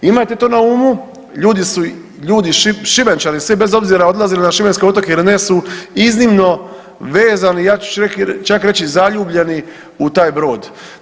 Imajte to na umu, ljudi su, ljudi Šibenčani svi bez obzira odlazili na šibenske otoke ili ne su iznimno vezani ja ću čak reći zaljubljeni u taj brod.